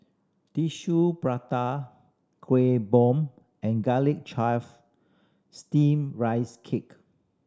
Tissue Prata Kueh Bom and garlic chive Steamed Rice Cake